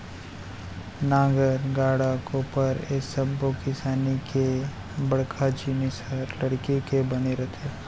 नांगर, गाड़ा, कोपर ए सब्बो किसानी के बड़का जिनिस हर लकड़ी के बने रथे